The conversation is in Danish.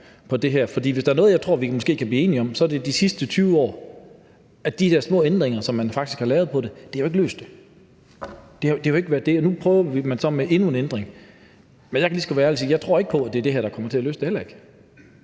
For hvis der er en noget, jeg tror vi måske kan blive enige om, er det, at de der små ændringer, som man faktisk har lavet på det de sidste 20 år, ikke har løst det. Nu prøver man så med endnu en ændring, men jeg kan lige så godt være ærlig og sige, at jeg ikke tror på, at det er det her, der kommer til at løse det. Måske